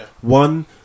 one